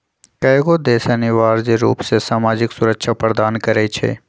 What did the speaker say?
कयगो देश अनिवार्ज रूप से सामाजिक सुरक्षा प्रदान करई छै